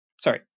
sorry